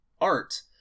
art